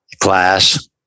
class